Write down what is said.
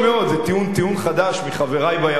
זה טיעון חדש מחברי בימין,